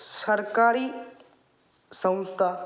सरकारी संस्था